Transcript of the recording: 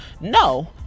no